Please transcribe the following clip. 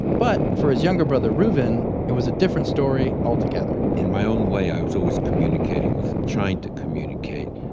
but for his younger brother, reuven, it was a different story altogether in my own way, i was always communicating with, trying to communicate,